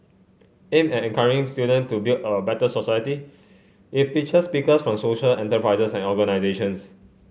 aimed at encouraging student to build a better society it features speakers from social enterprises and organisations